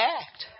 act